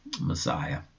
Messiah